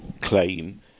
claim